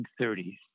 1930s